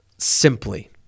simply